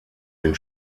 den